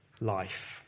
life